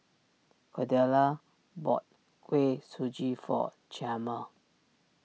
Cordella bought Kuih Suji for Chalmer